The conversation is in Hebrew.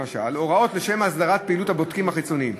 למשל הוראות לשם הסדרת פעילות הבודקים החיצוניים,